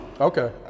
Okay